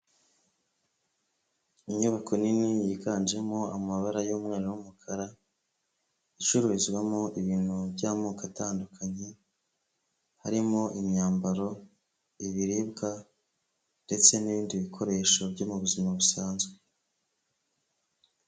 Inyubako nini yiganjemo amabara y'umweru n'umukara icururizwamo ibintu by'amoko atandukanye harimo imyambaro, ibiribwa ndetse n'ibindi bikoresho byo mu buzima busanzwe.